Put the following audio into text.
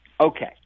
Okay